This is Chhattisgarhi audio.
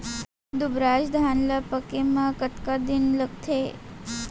दुबराज धान ला पके मा कतका दिन लगथे?